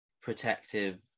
protective